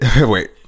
Wait